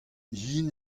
yen